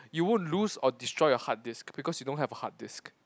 you won't lose or destroy your hard disk because you don't have a hard disk